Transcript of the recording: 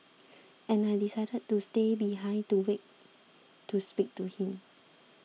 and I decided to stay behind to wait to speak to him